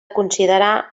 considerar